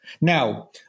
Now